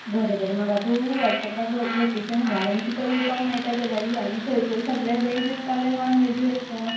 बरें बरें म्हाका तूं वॉट्सऍपार लोकेशन धाड आनी तुका येवपाक मेळटा जाल्यार यो आनी थंयसर सगळें वॅज आसता काय नॉन वॅजूय आसता